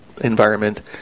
environment